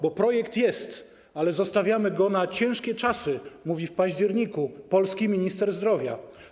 Bo projekt jest, ale zostawiamy go na ciężkie czasy - mówi w październiku polski minister zdrowia.